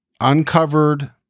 uncovered